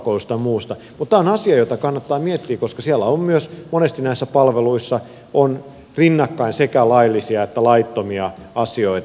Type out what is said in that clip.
mutta tämä on asia jota kannattaa miettiä koska siellä on myös monesti näissä palveluissa rinnakkain sekä laillisia että laittomia asioita